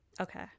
Okay